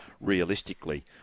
realistically